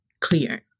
clear